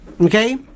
Okay